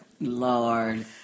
Lord